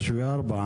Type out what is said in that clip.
3 ו-4,